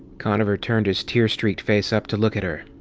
conover turned his tear-streaked face up to look at her.